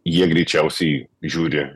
jie greičiausiai žiūri